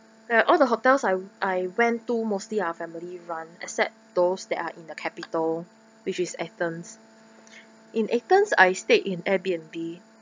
ya all the hotels I I went to mostly are family run except those that are in the capital which is athens in athens I stayed in Airbnb